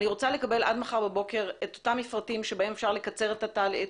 אני רוצה לקבל עד מחר בבוקר את אותם מפרטים שבהם אפשר לקצר את התהליך,